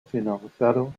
finalizado